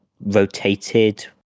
rotated